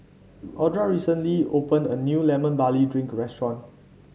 Audra recently opened a new Lemon Barley Drink Restaurant